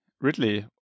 ridley